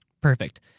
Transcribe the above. Perfect